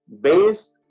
based